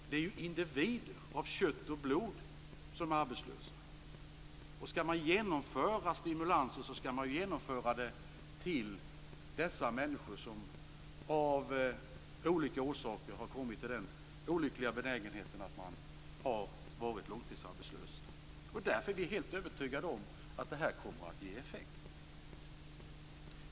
Det är individer av kött och blod som är arbetslösa, och om man skall genomföra stimulanser skall man ge dem till de människor som av olika orsaker har kommit i den olyckliga belägenheten att ha varit långtidsarbetslösa. Vi är därför helt övertygade om att det här kommer att ge effekt.